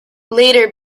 later